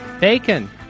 Bacon